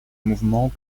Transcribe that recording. mouvement